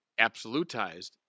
absolutized